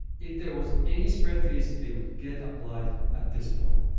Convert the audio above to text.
if there was any spread fees, they would get applied at this point.